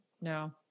No